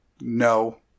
no